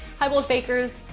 hi bold bakers!